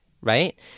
right